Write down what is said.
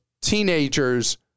teenagers